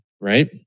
right